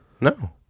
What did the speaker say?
no